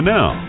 Now